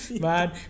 Man